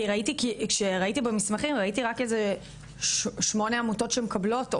כי כשראיתי במסמכים ראיתי רק כשמונה עמותות שמקבלות,